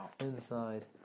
Inside